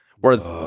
Whereas-